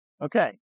Okay